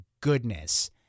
goodness